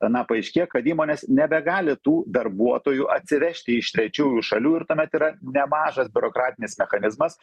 na paaiškėja kad įmonės nebegali tų darbuotojų atsivežti iš trečiųjų šalių ir tuomet yra nemažas biurokratinis mechanizmas